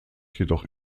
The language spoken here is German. jedoch